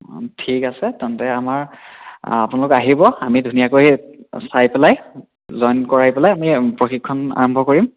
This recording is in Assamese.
অঁ ঠিক আছে তেন্তে আমাৰ আপোনালোক আহিব আমি ধুনীয়াকৈ চাই পেলাই জইন কৰাই পেলাই আমি প্ৰশিক্ষণ আৰম্ভ কৰিম